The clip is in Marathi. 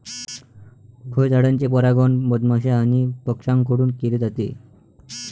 फळझाडांचे परागण मधमाश्या आणि पक्ष्यांकडून केले जाते